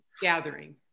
gathering